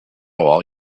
all